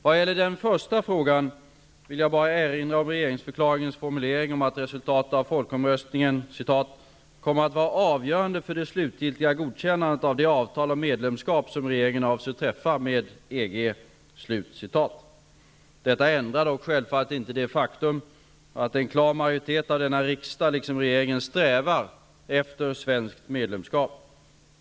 Vad gäller den första frågan vill jag bara erinra om regeringsförklaringens formulering om att resultatet av folkomröstningen kommer att vara avgörande för det slutgiltiga godkännandet av det avtal om medlemskap som regeringen avser att träffa med EG. Detta ändrar dock självfallet icke det faktum, att en klar majoritet av denna riksdag, liksom regeringen, strävar efter svenskt medlemskap.